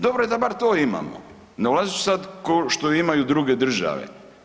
Dobro je da bar to imamo ne ulazeći sad košto imaju druge države.